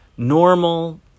normal